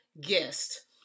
guest